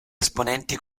esponenti